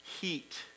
heat